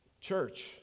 church